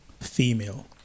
female